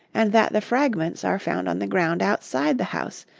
and that the fragments are found on the ground outside the house,